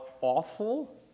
awful